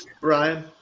Ryan